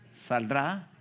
Saldrá